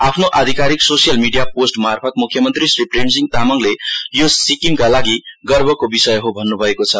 आफ्नो आधिकारिक social media पोस्टमार्फत मुख्यमन्त्री श्री प्रेमसिंह तामाङले यो सिक्किमका लागि गर्वको विषय हो भन्नुभएको छ